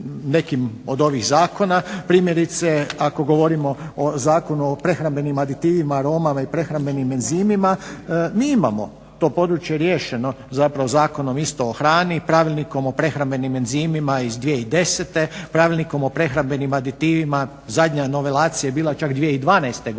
nekim od ovih zakona, primjerice ako govorimo o Zakonu o prehrambenim aditivima, aromama i prehrambenim enzimima mi imamo to područje riješeno zapravo Zakonom o hrani i Pravilnikom o prehrambenim enzimima iz 2010., Pravilnikom o prehrambenim aditivima zadnja novelacija je bila čak 2012.godine,